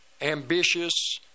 ambitious